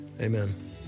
amen